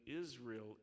Israel